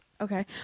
Okay